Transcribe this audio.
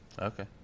okay